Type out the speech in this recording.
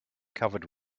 covered